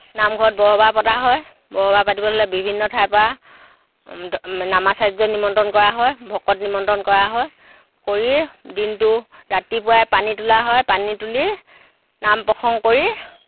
নামঘৰত বৰসবাহ পতা হয় বৰসবাহ পাতিবলৈ হ'লে বিভিন্ন ঠাইৰ পৰা নামাচাৰ্য নিমন্ত্ৰণ কৰা হয় ভকত নিমন্ত্ৰণ কৰা হয় কৰি দিনটো ৰাতিপুৱাই পানী তোলা হয় পানী তুলি নাম প্ৰসংগ কৰি